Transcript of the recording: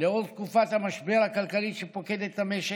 לנוכח תקופת המשבר הכלכלי שפוקד את המשק,